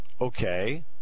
okay